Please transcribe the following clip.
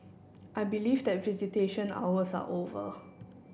I believe that visitation hours are over